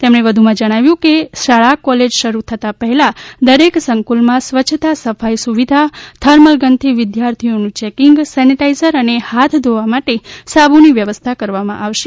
તેમણે વધુમાં જણાવ્યુ છે કે શાળા કોલેજ શરૂ કરતા પહેલા દરેક સંકુલમાં સ્વચ્છતા સફાઇ સુવિધા થર્મલગનથી વિદ્યાર્થીઓનુ ચેકીંગ સેનીઝાઇટર અને હાથ ધોવા માટે સાબુની વ્યવસ્થા કરવામા આવશે